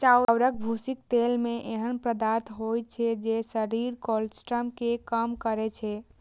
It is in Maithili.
चाउरक भूसीक तेल मे एहन पदार्थ होइ छै, जे शरीरक कोलेस्ट्रॉल कें कम करै छै